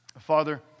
Father